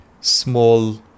small